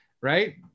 right